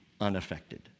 unaffected